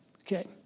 Okay